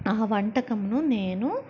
ఆ వంటకంను నేను